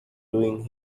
doing